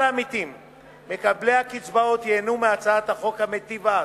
העמיתים מקבלי הקצבאות ייהנו מהצעת החוק המיטיבה הזאת,